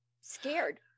scared